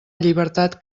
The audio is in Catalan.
llibertat